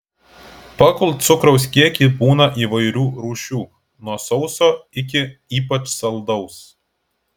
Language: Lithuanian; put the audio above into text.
pagal cukraus kiekį būna įvairių rūšių nuo sauso iki ypač saldaus